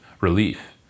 relief